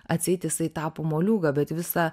atseit jisai tapo moliūgą bet visą